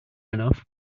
enough